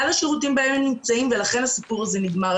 השירותים בהם הם נמצאים ולכן הסיפור הזה נגמר.